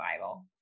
Bible